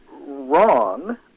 wrong